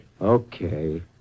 Okay